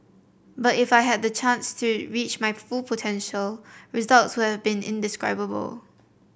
but if I had the chance to reach my full potential results would have been indescribable